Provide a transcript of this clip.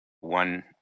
one